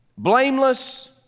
blameless